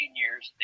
years